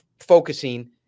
focusing